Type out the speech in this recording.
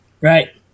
Right